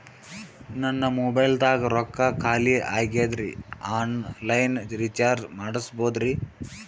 ನನ್ನ ಮೊಬೈಲದಾಗ ರೊಕ್ಕ ಖಾಲಿ ಆಗ್ಯದ್ರಿ ಆನ್ ಲೈನ್ ರೀಚಾರ್ಜ್ ಮಾಡಸ್ಬೋದ್ರಿ?